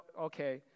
okay